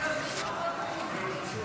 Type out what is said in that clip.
מה שאריק שרון היה